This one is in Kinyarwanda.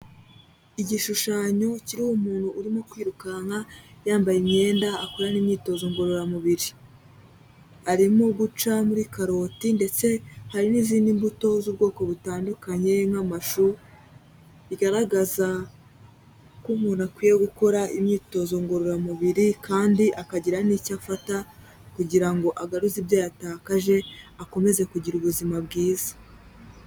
Igishushanyo kiriho umuntu urimo kwirukanka yambaye imyenda akora n'imyitozo ngororamubiri, arimo guca muri karoti ndetse hari n'izindi mbuto z'ubwoko butandukanye nk'amashu, bigaragaza ko umuntu akwiye gukora imyitozo ngororamubiri kandi akagira n'icyo afata kugira ngo agaruze ibyo yatakaje akomeze kugira ubuzima bwiza.